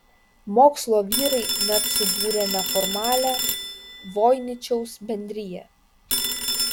mokslo vyrai net subūrė neformalią voiničiaus bendriją